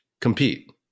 compete